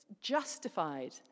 justified